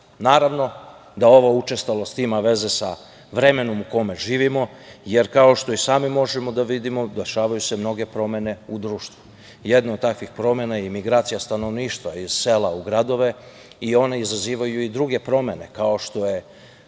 Naravno da ova učestalost ima veze sa vremenom u kome živimo, jer kao što i sami možemo da vidimo, dešavaju se mnoge promene u društvu. Jedna od takvih promena je migracija stanovništva iz sela u gradove i one izazivaju i druge promene, kao što je